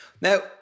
Now